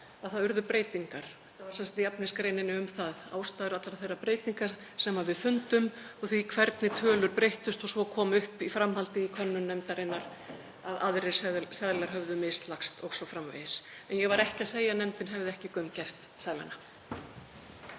þess að breytingar urðu. Þetta var í efnisgreininni um það, ástæður allra þeirra breytinga sem við fundum og fyrir því hvernig tölur breyttust. Svo kom upp í framhaldi í könnun nefndarinnar að aðrir seðlar höfðu mislagst o.s.frv. En ég var ekki að segja að nefndin hefði ekki gaumgæft seðlana.